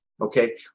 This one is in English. okay